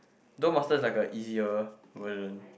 Duel-Master's like a easier version